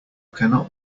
cannot